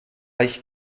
ich